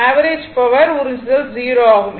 average power உறிஞ்சுதல் 0 ஆகும்